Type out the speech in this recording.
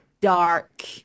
dark